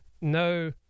no